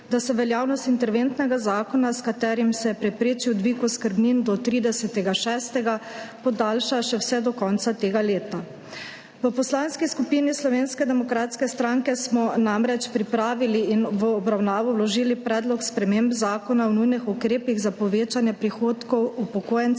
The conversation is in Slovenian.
da se veljavnost interventnega zakona, s katerim se je preprečil dvig oskrbnin do 30. 6., podaljša še vse do konca tega leta. V Poslanski skupini Slovenske demokratske stranke smo namreč pripravili in v obravnavo vložili predlog sprememb Zakona o nujnih ukrepih za povečanje prihodkov upokojencev